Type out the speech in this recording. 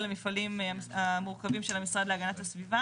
בסעיף קטן (ה) של הוראת המעבר יש שני שינויים.